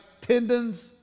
tendons